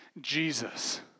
Jesus